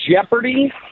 jeopardy